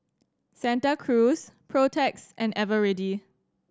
Santa Cruz Protex and Eveready